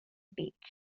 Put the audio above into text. beach